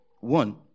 One